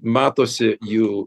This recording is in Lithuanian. matosi jų